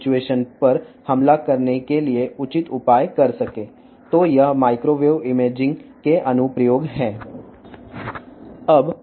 కాబట్టి వారు తమ ప్రాణాలను కాపాడుకోగలరు లేదా ఈ విపరీత పరిస్థితిని ఎదుర్కోవడానికి వారు సరైన చర్యలు తీసుకోవచ్చు